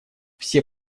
все